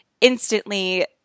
instantly –